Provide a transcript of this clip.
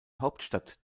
hauptstadt